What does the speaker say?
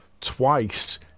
twice